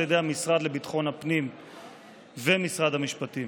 ידי המשרד לביטחון הפנים ומשרד המשפטים